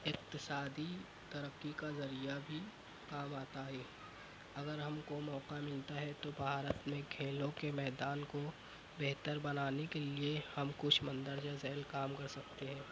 اقتصادی ترقی کا ذریعہ بھی کام آتا ہے اگر ہم کو موقع ملتا ہے تو بھارت میں کھیلوں کے میدان کو بہتر بنانے کے لئے ہم کچھ مندرجہ ذیل کام کر سکتے ہیں